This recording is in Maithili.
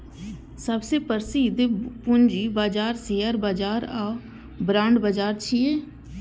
सबसं प्रसिद्ध पूंजी बाजार शेयर बाजार आ बांड बाजार छियै